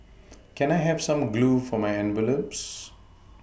can I have some glue for my envelopes